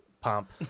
Pomp